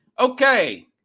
Okay